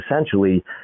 essentially